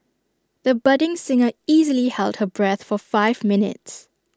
the budding singer easily held her breath for five minutes